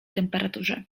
temperaturze